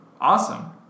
awesome